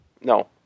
No